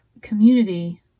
community